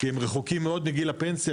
כי הם רחוקים מאוד מגיל הפנסיה,